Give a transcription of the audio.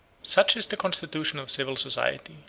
such is the constitution of civil society,